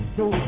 no